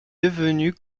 devenu